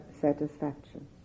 satisfaction